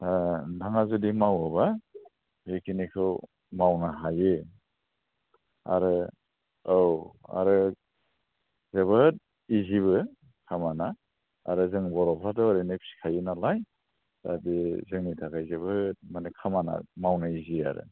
ओ ओन्थाङा जुदि मावोबा बेखिनिखौ मावनो हायो आरो औ आरो जोबोद इजिबो खामाना आरो जों बर'फ्राथ' ओरैनो फिखायो नालाय दा बे जोंनि थाखाय जोबोद माने खामाना मावनो इजि आरो